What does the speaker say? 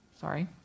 sorry